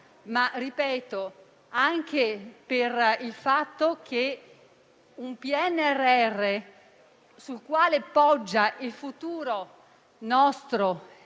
anche per il fatto che il PNRR, sul quale poggia il futuro nostro